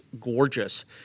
gorgeous